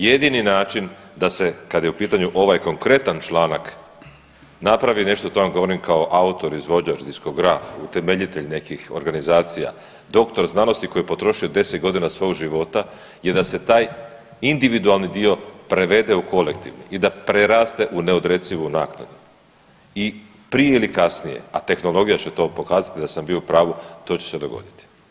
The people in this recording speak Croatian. Jedini način da se, kad je u pitanju ovaj konkretan članak, napravi nešto, to vam govorim kao autor, izvođač, diskograf, utemeljitelj nekih organizacija, doktor znanosti koji je potrošio 10 godina svog života je da se taj individualni dio prevede u kolektivni i da preraste u ne odrecivu naknadu i prije ili kasnije, a tehnologija će to pokazati da sam bio u pravu, to će se dogoditi.